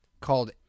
called